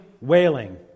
wailing